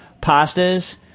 pastas